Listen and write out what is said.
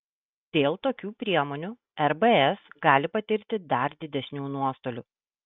dėl tokių priemonių rbs gali patirti dar didesnių nuostolių